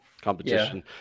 competition